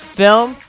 film